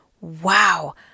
wow